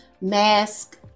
mask